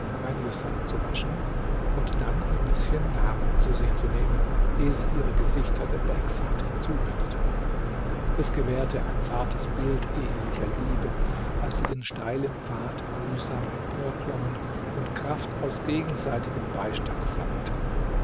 zu waschen und dann einen bissen nahrung zu sich zu nehmen ehe sie ihre gesichter der bergseite zuwendeten es gewährte ein zartes bild ehelicher liebe als sie den steilen pfad mühsam emporklommen und kraft aus gegenseitigem beistand sammelten